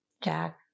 Jack